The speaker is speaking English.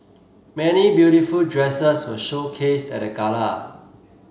many beautiful dresses were showcased at the gala